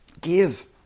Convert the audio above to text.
Give